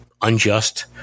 unjust